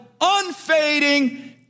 unfading